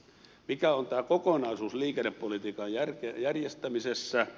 mikä on tämä kokonaisuus liikennepolitiikan järjestämisessä